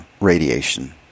radiation